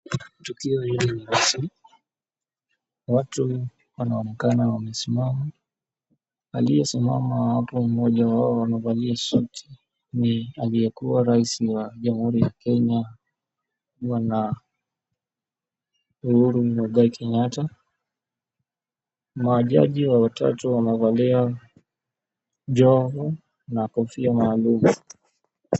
Tukio hili ni rasmi na watu wanaonekana wamesimama. Aliyesimama hapo mmoja wao amevalia suti ni aliyekuwa rais wa Jamuhuri ya Kenya bwana Uhuru Muigai Kenyatta. Majaji watatu wamevalia joho na kofia maalum.